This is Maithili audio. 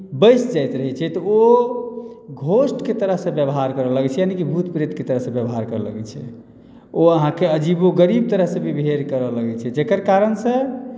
बैसि जाइत रहैत छै तऽ ओ घोस्टके तरहसँ व्यवहार करय लगैत छै यानि कि भूत प्रेतके तरहसँ व्यवहार करय लगैत छै ओ अहाँकेँ अजीबोगरीब तरहसँ विहेव करय लगैत छै जकर कारणसँ